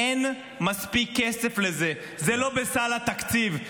אין מספיק כסף לזה, זה לא בסל התקציב.